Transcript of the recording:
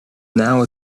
now